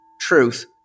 truth